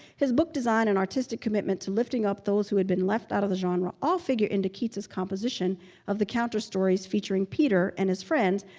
his book design and artistic commitment to lifting up those who had been left out of the genre all figured into keats's composition of the counterstories featuring peter and his friends,